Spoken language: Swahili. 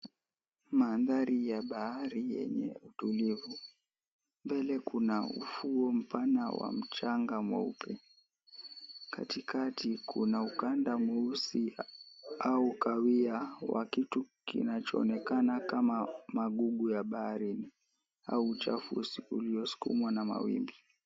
Maandhari ya bahari yenye utulivu, mbele kuna ufuo mpana wa mchanga mweupe, katikati 𝑘una ukanda mweusi au kawia wa kitu kinachonekana kama magugu ya baharini au uchafu unaoskumwa na mawimbi.